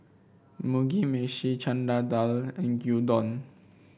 Mugi Meshi Chana Dal and Gyudon